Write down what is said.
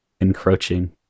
encroaching